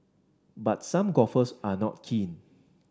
but some golfers are not keen